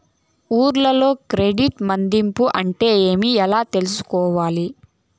ఊర్లలో క్రెడిట్ మధింపు అంటే ఏమి? ఎలా చేసుకోవాలి కోవాలి?